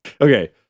Okay